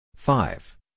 Five